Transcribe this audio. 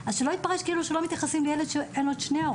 אז שלא יתפרש כאילו שלא מתייחסים לילד שאין לו את שני ההורים.